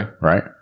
Right